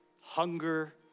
hunger